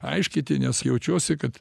aiškiti nes jaučiuosi kad